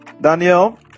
Daniel